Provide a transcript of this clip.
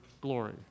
glory